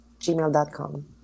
gmail.com